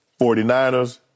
49ers